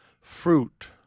fruit